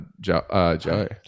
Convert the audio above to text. Joe